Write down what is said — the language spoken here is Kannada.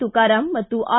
ತುಕಾರಾಂ ಮತ್ತು ಆರ್